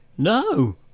No